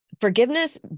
Forgiveness